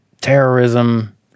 terrorism